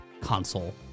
console